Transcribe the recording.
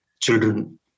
children